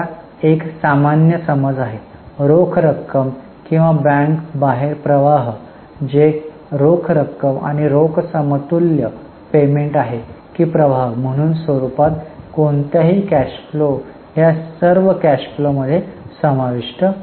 आता एक सामान्य समज आहे रोख रक्कम किंवा बँक बाहेर प्रवाह जे रोख रक्कम आणि रोख समतुल्य पेमेंट आहे की प्रवाह म्हणून स्वरूपात कोणत्याही कॅश फ्लो या सर्व कॅश फ्लो मध्ये समाविष्ट आहेत